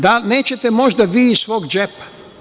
Da li nećete možda vi iz svog džepa?